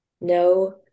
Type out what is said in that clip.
no